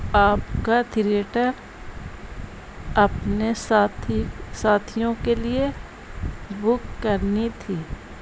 آپ کا تھریٹر اپنے ساتھی ساتھیوں کے لیے بک کرنی تھی